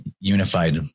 unified